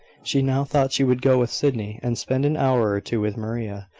she now thought she would go with sydney, and spend an hour or two with maria,